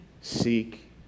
Seek